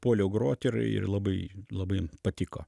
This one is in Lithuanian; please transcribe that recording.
puoliau grot ir ir labai labai patiko